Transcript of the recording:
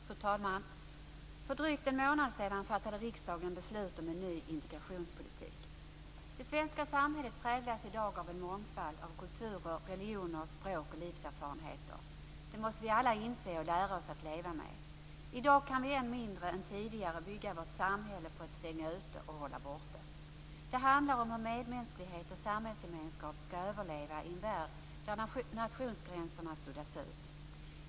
Fru talman! För drygt en månad sedan fattade riksdagen beslut om en ny integrationspolitik. Det svenska samhället präglas i dag av en mångfald av kulturer, religioner, språk och livserfarenheter. Det måste vi alla inse och lära oss att leva med. I dag kan vi än mindre än tidigare bygga vårt samhälle på att stänga ute och hålla borta. Det handlar om hur medmänsklighet och samhällsgemenskap skall överleva i en värld där nationsgränserna suddas ut.